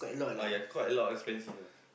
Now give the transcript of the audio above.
ah yes quite a lot expensive ah